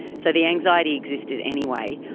so the anxiety existed anyway,